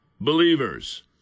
believers